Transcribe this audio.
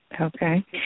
Okay